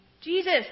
Jesus